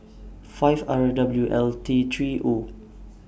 five R W L three O